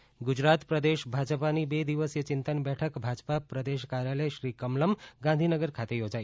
ભાજપા ચિંતન બેઠક ગુજરાત પ્રદેશ ભાજપાની બે દિવસીય ચિંતન બેઠક ભાજપા પ્રદેશ કાર્યાલય શ્રી કમલમ ગાંધીનગર ખાતે યોજાઇ